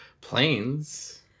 planes